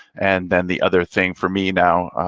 and then the other thing for me now,